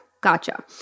Gotcha